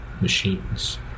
machines